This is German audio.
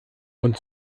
und